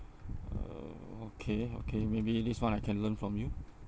uh okay okay maybe this one I can learn from you